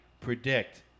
predict